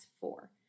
four